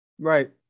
Right